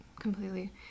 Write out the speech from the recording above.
completely